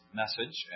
message